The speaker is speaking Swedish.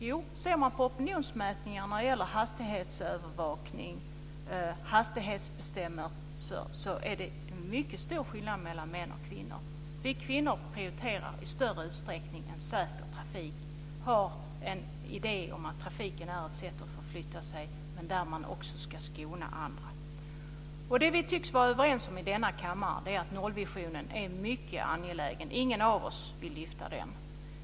Jo, i opinionsmätningarna när det gäller hastighetsövervakning och hastighetsbestämmelser är det mycket stor skillnad mellan män och kvinnor. Vi kvinnor prioriterar i större utsträckning en säker trafik och har en idé om att trafiken är en plats där man förflyttar sig, men att man också ska skona andra där. Det vi tycks vara överens om i denna kammare är att nollvisionen är mycket angelägen. Ingen av oss vill lyfta bort den.